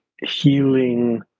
healing